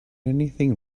anything